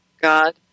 God